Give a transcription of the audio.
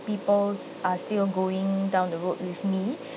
peoples are still going down the road with me